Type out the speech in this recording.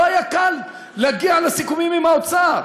לא היה קל להגיע לסיכומים עם האוצר.